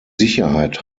sicherheit